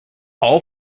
all